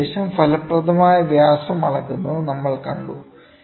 അതിനുശേഷം ഫലപ്രദമായ വ്യാസം അളക്കുന്നത് നമ്മൾ കണ്ടു